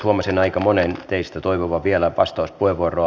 huomasin aika monen teistä toivovan vielä vastauspuheenvuoroa